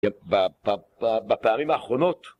בפעמים האחרונות